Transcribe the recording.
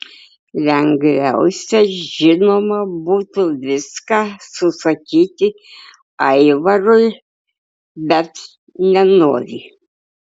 lengviausia žinoma būtų viską susakyti aivarui bet nenori